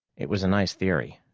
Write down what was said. it was a nice theory,